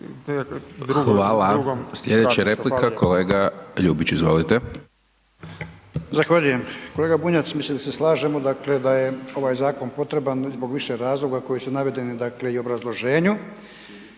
(SDP)** Slijedeća replika kolega Ljubić, izvolite. **Ljubić, Božo (HDZ)** Zahvaljujem. Kolega Bunjac, mislim da se slažemo, dakle, da je ovaj zakon potreban zbog više razloga koji su navedeni, dakle, i u obrazloženju,